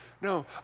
no